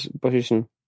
position